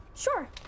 Sure